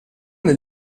del